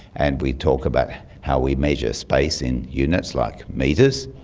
and we talk about how we measure space in units like metres,